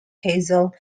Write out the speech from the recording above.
hazel